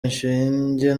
inshinge